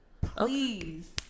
Please